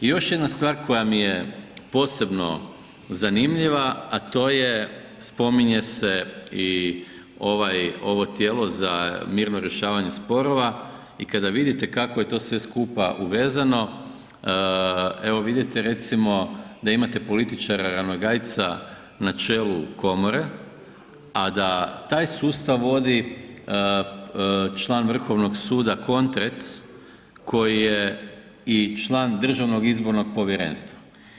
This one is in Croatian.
I još jedna stvar koja mi je posebno zanimljiva, a to je spominje se i ovaj, ovo tijelo za mirno rješavanje sporova i kada vidite kako je to sve skupa uvezano, evo vidite recimo da imate političara Ranogajca na čelu komore, a da taj sustav vodi član Vrhovnog suda Kontrec, koji je i član Državnog izbornog povjerenstva.